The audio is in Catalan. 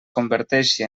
converteixi